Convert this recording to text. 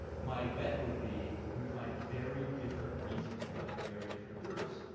my bet would be you would find very different reasons among very different groups,